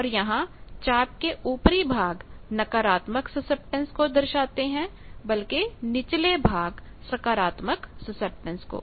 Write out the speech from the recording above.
और यहां चाप के ऊपरी भाग नकारात्मक सुसेप्टन्स को दर्शाते है बल्कि निचले भाग सकारात्मक सुसेप्टन्स को